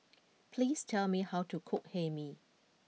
please tell me how to cook Hae Mee